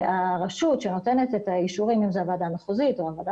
הרשות שנותנת את האישורים אם זו הוועדה המחוזית או הוועדה